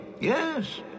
Yes